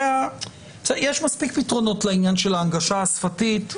יש מספיק פתרונות לעניין של ההנגשה השפתית,